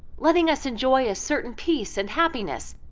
letting us enjoy a certain peace and happiness,